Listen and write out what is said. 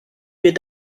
mir